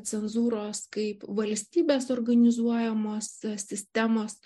cenzūros kaip valstybės organizuojamos sistemos